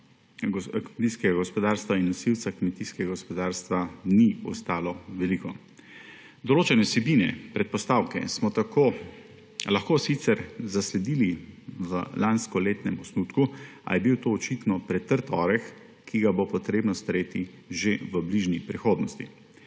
kmetijskega gospodarstva in nosilca kmetijskega gospodarstva, ni ostalo veliko. Določene vsebine, predpostavke smo tako sicer lahko zasledili v lanskoletnem osnutku, a je bil to očitno pretrd oreh, ki ga bo potrebno streti že v bližnji prihodnosti.